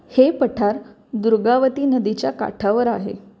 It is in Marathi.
हे पठार दुर्गावती नदीच्या काठावर आहे